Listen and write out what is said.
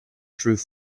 through